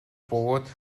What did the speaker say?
бөгөөд